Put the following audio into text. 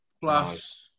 plus